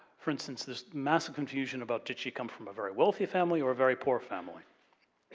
for instance, there's massive confusion about did she come from a very wealthy family or a very poor family.